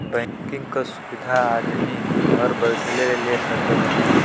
bank क सुविधा आदमी घर बैइठले ले सकला